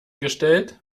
gestellt